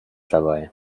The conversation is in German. dabei